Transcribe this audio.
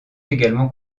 également